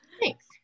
thanks